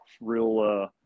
real